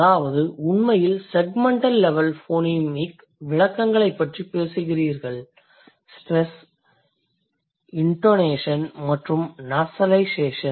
அதாவது உண்மையில் segmental level phonemic விளக்கங்களைப் பற்றி பேசுகிறீர்கள் ஸ்ட்ரெஸ் இண்டொனேஷன் மற்றும் நாசலைசேஷன்